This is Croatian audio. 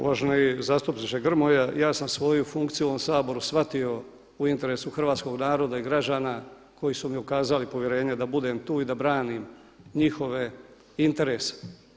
Uvaženi zastupniče Grmoja, ja sam svoju funkciju u ovom Saboru shvatio u interesu hrvatskog naroda i građana koji su mi ukazali povjerenje da budem tu i da branim njihove interese.